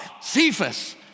Cephas